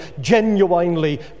genuinely